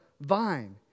vine